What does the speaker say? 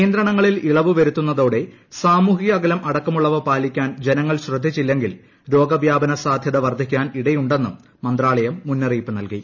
നിയന്ത്രണങ്ങളിൽ ഇളവ് വരുത്തുന്നതോടെ സാമൂഹിക് അകലം അടക്കമുള്ളസ്പു പ്പാലിക്കാൻ ജനങ്ങൾ ശ്രദ്ധിച്ചില്ലെങ്കിൽ രോഗവ്യാപന് സാധ്യത വർധിക്കാൻ ഇടയുണ്ടെന്നും മന്ത്രാലയം മുന്നുറിയിപ്പ് നൽകി